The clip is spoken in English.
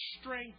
strength